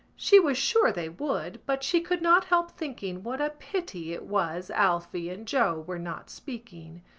she was sure they would but she could not help thinking what a pity it was alphy and joe were not speaking.